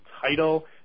title